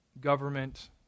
government